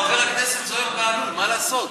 חבר הכנסת זוהיר בהלול, מה לעשות?